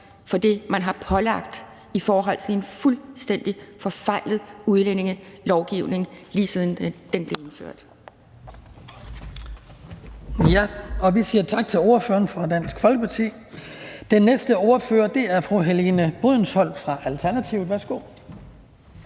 for det, man har påført dem i forhold til en fuldstændig forfejlet udlændingelovgivning, lige siden den blev indført.